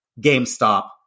GameStop